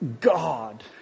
God